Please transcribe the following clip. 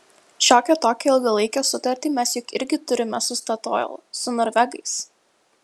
šiokią tokią ilgalaikę sutartį mes juk irgi turime su statoil su norvegais